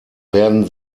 werden